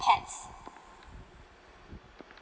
pets